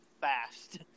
fast